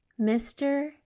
Mr